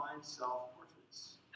self-portraits